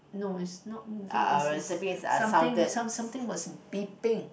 no it's not moving is is something something was beeping